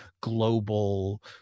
global